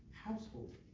household